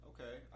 Okay